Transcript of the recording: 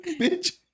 bitch